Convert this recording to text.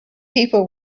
people